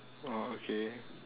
orh okay